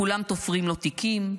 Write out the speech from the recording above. כולם תופרים לו תיקים,